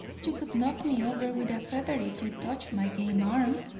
you could knock me over with a feather if you touched my game arm.